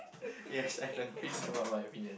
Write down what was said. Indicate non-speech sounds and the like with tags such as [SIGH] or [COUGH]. [BREATH] yes I have an opinion about my opinion